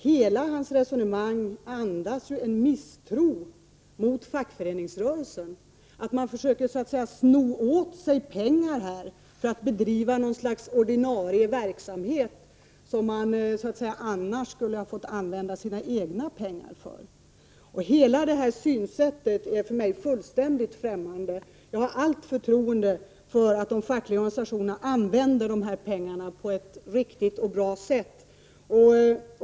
Hela hans resonemang andas en misstro mot fackföreningsrörelsen: som om man så att säga skulle försöka sno åt sig pengar för att bedriva något slags ordinarie verksamhet, som man annars skulle ha fått använda sina egna pengar till. Ett sådant synsätt. är fullständigt fftämmande för mig. Jag har allt förtroende för att de fackliga organisationerna använder pengarna på ett riktigt och bra sätt.